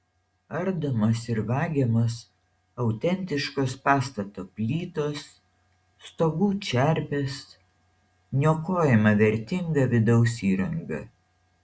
ardomos ir vagiamos autentiškos pastato plytos stogų čerpės niokojama vertinga vidaus įranga